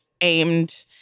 aimed